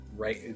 Right